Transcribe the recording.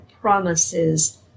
promises